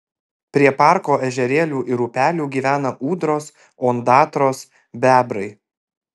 prie parko ežerėlių ir upelių gyvena ūdros ondatros bebrai